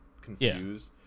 confused